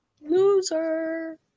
Loser